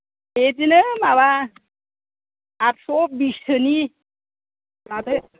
बिदिनो माबा आदस' बिससोनि लादो